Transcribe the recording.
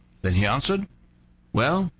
then he answered well,